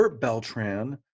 Beltran